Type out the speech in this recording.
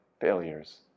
failures